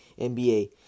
NBA